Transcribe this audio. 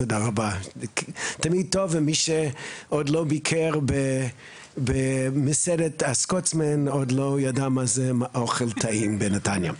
מי שעוד לא ביקר במסעדת הסקוצמן עוד לא ידע מה זה אוכל טעים בנתניה.